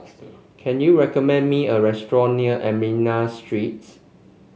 can you recommend me a restaurant near Armenian Streets